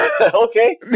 Okay